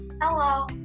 Hello